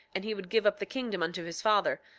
and he would give up the kingdom unto his father.